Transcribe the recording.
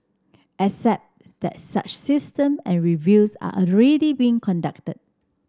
except that such system and reviews are already being conducted